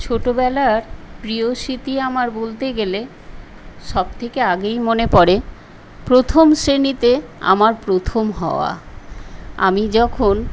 ছোটবেলার প্রিয় স্মৃতি আমার বলতে গেলে সবথেকে আগেই মনে পড়ে প্রথম শ্রেণীতে আমার প্রথম হওয়া আমি যখন